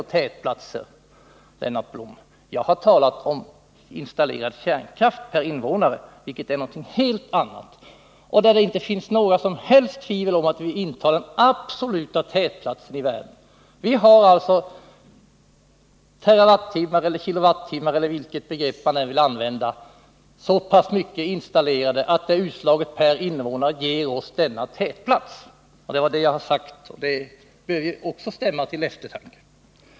I stället har jag talat om installerad kärnkraft per invånare, vilket är något helt annat. Där råder det inga som helst tvivel om att vi intar den absoluta tätplatsen i världen. Så många terawattimmar produceras med hjälp av kärnkraften att vi i det avseendet intar den absoluta tätplatsen. Också det bör stämma till eftertanke.